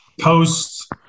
post